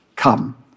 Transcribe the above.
Come